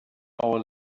hour